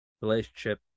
relationship